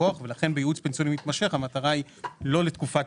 הלקוח ולכן בייעוץ פנסיוני מתמשך המטרה היא לא לתקופת